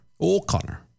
O'Connor